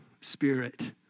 spirit